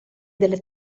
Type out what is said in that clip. delle